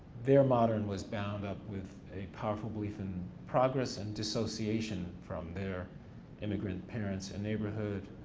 their modern was bound up with a powerful belief in progress and dissociation from their immigrant parents and neighborhood,